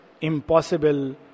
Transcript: impossible